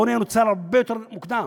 העוני היה נוצר הרבה יותר מוקדם.